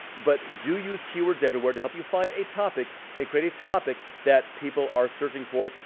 but do use keywords everywhere to help you find a topic and create a topic that people are searching for.